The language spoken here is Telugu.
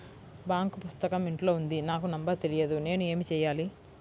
బాంక్ పుస్తకం ఇంట్లో ఉంది నాకు నంబర్ తెలియదు నేను ఏమి చెయ్యాలి?